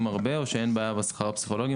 הרבה או שאין בעיה בשכר הפסיכולוגים,